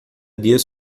dias